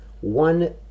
one